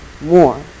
more